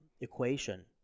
equation